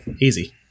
easy